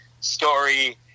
story